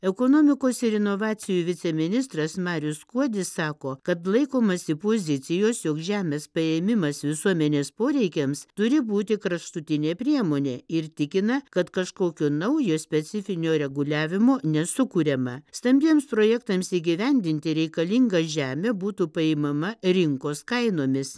ekonomikos ir inovacijų viceministras marius skuodis sako kad laikomasi pozicijos jog žemės paėmimas visuomenės poreikiams turi būti kraštutinė priemonė ir tikina kad kažkokio naujo specifinio reguliavimo nesukuriama stambiems projektams įgyvendinti reikalinga žemė būtų paimama rinkos kainomis